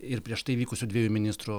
ir prieš tai vykusių dviejų ministrų